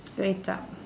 kway chap